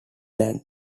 lang